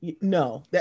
No